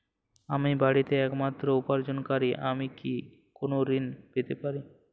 আমি বাড়িতে একমাত্র উপার্জনকারী আমি কি কোনো ঋণ পেতে পারি?